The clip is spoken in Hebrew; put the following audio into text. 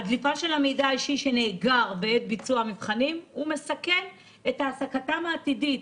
הדליפה של המידע האישי שנאגר בעת ביצוע המבחנים מסכן את העסקתם העתידית.